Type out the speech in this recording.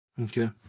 Okay